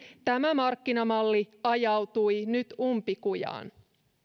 tämä markkinamalli ajautui nyt umpikujaan